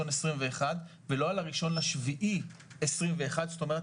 2021 ולא על ה-1 ביולי 2021. זאת אומרת,